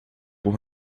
por